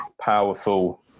powerful